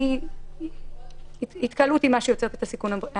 כי התקהלות היא מה שיוצר את הסיכון הבריאותי.